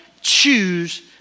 choose